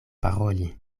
paroli